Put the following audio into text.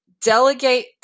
delegate